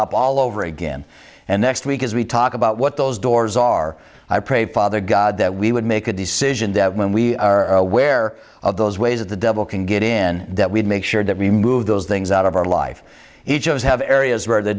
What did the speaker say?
up all over again and next week as we talk about what those doors are i pray father god that we would make a decision that when we are aware of those ways of the devil can get in that we'd make sure that we move those things out of our life each of us have areas where the